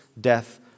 death